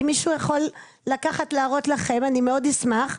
אם מישהו יכול להראות לכם, אני מאוד אשמח.